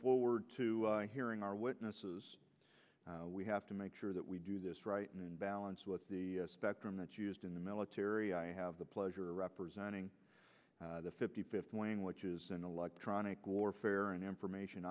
forward to hearing our witnesses we have to make sure that we do this right and balance with the spectrum that's used in the military i have the pleasure of representing the fifty fifth wing which is an electronic warfare and information